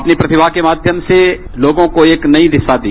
अपनी प्रतिभा के माध्याम से लोगों को एक नई दिशा दी